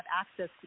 access